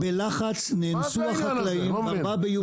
האמת היא כזאת, בלחץ, נאנסו החקלאים ב-4 ביולי.